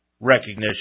recognition